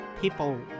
people